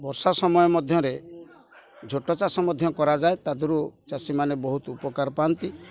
ବର୍ଷା ସମୟ ମଧ୍ୟରେ ଝୋଟ ଚାଷ ମଧ୍ୟ କରାଯାଏ ତାଦୁରୁ ଚାଷୀମାନେ ବହୁତ ଉପକାର ପାଆନ୍ତି